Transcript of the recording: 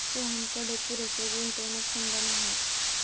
सोहनकडे पुरेसे गुंतवणूक फंड नाहीत